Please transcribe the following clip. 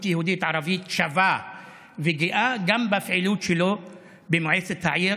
יהודית-ערבית שווה וגאה גם בפעילות שלו במועצת העיר